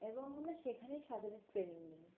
এবং আমরা সেখানেই সাঁতারের ট্রেনিং নিই